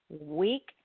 week